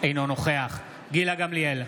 אינו נוכח גילה גמליאל,